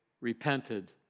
repented